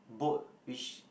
boat which